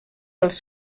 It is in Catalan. pels